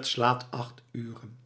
t slaat acht uren